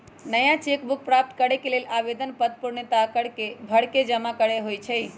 नया cheque book प्राप्त करेके लेल आवेदन पत्र पूर्णतया भरके जमा करेके होइ छइ